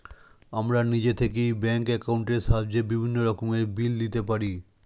আমরা নিজে থেকেই ব্যাঙ্ক অ্যাকাউন্টের সাহায্যে বিভিন্ন রকমের বিল দিতে পারি